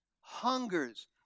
hungers